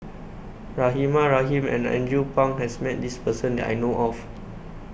Rahimah Rahim and Andrew Phang has Met This Person that I know of